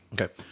Okay